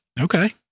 Okay